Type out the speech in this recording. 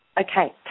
okay